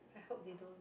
I hope they don't